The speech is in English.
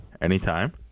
anytime